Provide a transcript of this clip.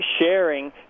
sharing